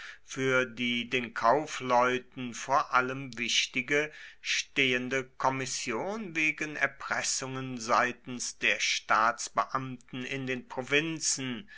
für die den kaufleuten vor allem wichtige stehende kommission wegen erpressungen seitens der staatsbeamten in den provinzen